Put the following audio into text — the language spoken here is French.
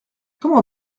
comment